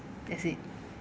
that's it